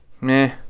meh